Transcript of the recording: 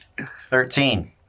Thirteen